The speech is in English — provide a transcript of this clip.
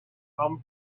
come